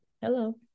Hello